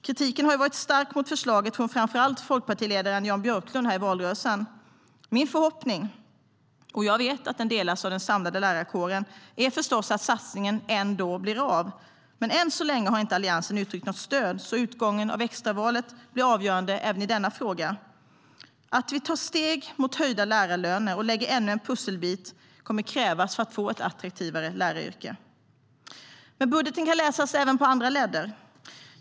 Kritiken mot förslaget var i valrörelsen stark från framför allt folkpartiledaren Jan Björklund. STYLEREF Kantrubrik \* MERGEFORMAT Utbildning och universitetsforskningBudgeten kan läsas även på andra ledder.